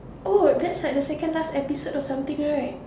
oh that's like the second last episode or something right